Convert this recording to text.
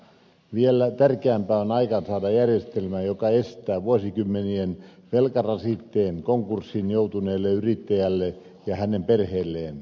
vielä tärkeämpää on aikaansaada järjestelmä joka estää vuosikymmenien velkarasitteen konkurssiin joutuneelle yrittäjälle ja hänen perheelleen